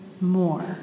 more